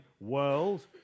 world